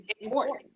important